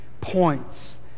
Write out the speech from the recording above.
points